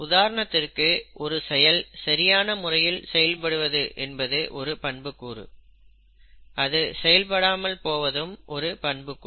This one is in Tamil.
உதாரணத்திற்கு ஒரு செயல் சரியான முறையில் செயல்படுவது என்பது ஒரு பண்புக்கூறு அது செயல்படாமல் போவதும் ஒரு பண்புக்கூறு